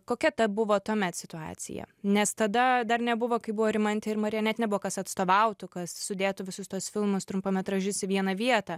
kokia ta buvo tuomet situacija nes tada dar nebuvo kai buvo rimantė ir marija net nebuvo kas atstovautų kas sudėtų visus tuos filmus trumpametražius į vieną vietą